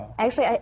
actually,